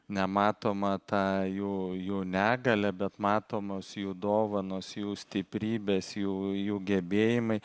nematomą tą jų jų negalią bet matomos jų dovanos jų stiprybės jų jų gebėjimai